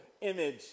image